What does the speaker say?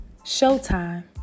Showtime